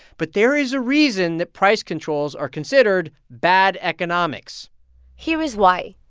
but there is a reason that price controls are considered bad economics here is why.